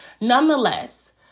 Nonetheless